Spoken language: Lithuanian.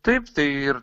taip tai ir